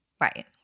Right